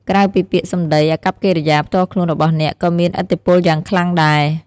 ក្រៅពីពាក្យសម្ដី អាកប្បកិរិយាផ្ទាល់ខ្លួនរបស់អ្នកក៏មានឥទ្ធិពលយ៉ាងខ្លាំងដែរ។